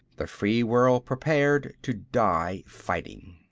the free world prepared to die fighting.